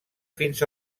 fins